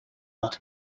out